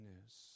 news